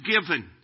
given